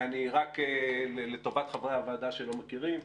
רק לטובת חברי הוועדה שלא מכירים.